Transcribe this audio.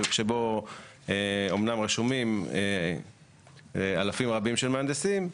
שבו אומנם רשומים אלפים רבים של מהנדסים,